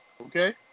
Okay